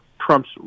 Trump's